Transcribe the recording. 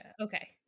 Okay